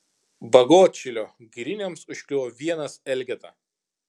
bagotšilio giriniams užkliuvo vienas elgeta